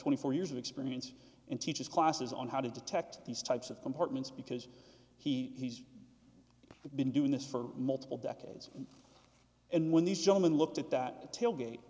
twenty four years of experience and teaches classes on how to detect these types of compartments because he he's been doing this for multiple decades and when these gentlemen looked at that tailgate